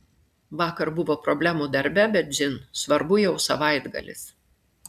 vakar buvo problemų darbe bet dzin svarbu jau savaitgalis